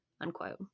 Unquote